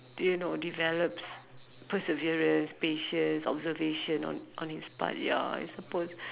you know develops perseverance patience observation on on his part ya I supposed